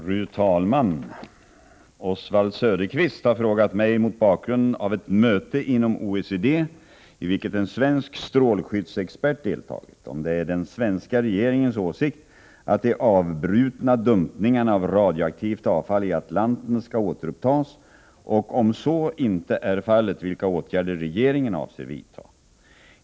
Fru talman! Oswald Söderqvist har frågat mig, mot bakgrund av ett möte inom OECD i vilket en svensk strålskyddsexpert deltagit, om det är den svenska regeringens åsikt att de avbrutna dumpningarna av radioaktivt avfall i Atlanten skall återupptas och om så inte är fallet vilka åtgärder regeringen avser att vidta.